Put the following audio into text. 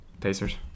Pacers